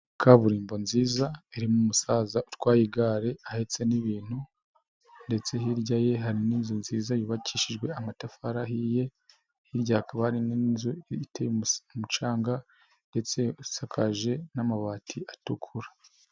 Kaburimbo nziza irimo umusaza utwaye igare ahetse n'ibintu ndetse hirya ye hari n'inzu nziza yubakishijwe amatafari ahiye, hirya hakaba hari n'inzu iteye umucanga ndetse isakaje n'amabati atukura.